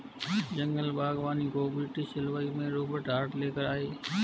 जंगल बागवानी को ब्रिटिश जलवायु में रोबर्ट हार्ट ले कर आये